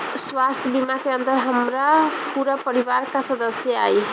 स्वास्थ्य बीमा के अंदर हमार पूरा परिवार का सदस्य आई?